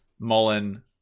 Mullen